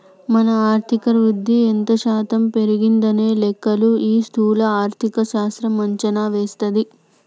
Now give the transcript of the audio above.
మన ఆర్థిక వృద్ధి ఎంత శాతం పెరిగిందనే లెక్కలు ఈ స్థూల ఆర్థిక శాస్త్రం అంచనా వేస్తది